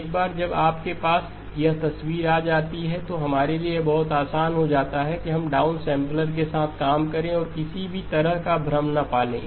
एक बार जब आपके पास यह तस्वीर आ जाती है तो हमारे लिए यह बहुत आसान हो जाता है कि हम डाउनसेंपलर के साथ काम करें और किसी भी तरह का भ्रम न पालें